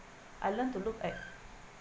I learn to look at